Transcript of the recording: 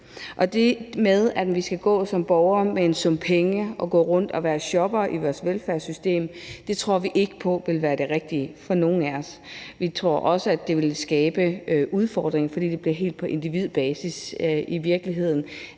Det med, at vi som borgere skal gå rundt med en sum penge og gå rundt og være shoppere i vores velfærdssystem, tror vi ikke på vil være det rigtige for nogen af os. Vi tror også, at det vil skabe udfordringer, fordi det helt bliver på individbasis, de